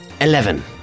Eleven